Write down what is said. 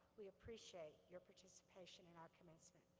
we appreciate your participation in our commencement.